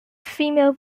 female